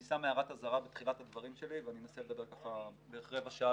אני שם הערת אזהרה בתחילת הדברים שלי ואני אנסה לדבר בערך רבע שעה,